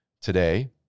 today